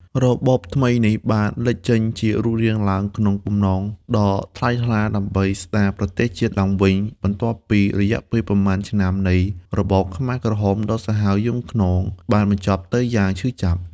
របបថ្មីនេះបានលេចចេញជារូបរាងឡើង ក្នុងបំណងដ៏ថ្លៃថ្លាដើម្បីស្ដារប្រទេសជាតិឡើងវិញ បន្ទាប់ពីរយៈពេលប៉ុន្មានឆ្នាំនៃរបបខ្មែរក្រហមដ៏សាហាវយង់ឃ្នងបានបញ្ចប់ទៅយ៉ាងឈឺចាប់។